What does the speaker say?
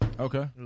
okay